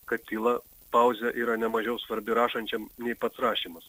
kad tyla pauzė yra nemažiau svarbi rašančiam nei pats rašymas